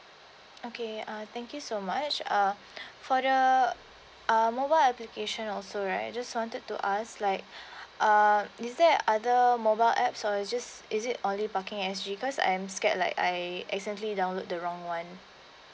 okay uh thank you so much uh for the uh mobile application also right just wanted to ask like uh is there other mobile apps or just is it only parking sg cause I am scared like I accidentally download the wrong one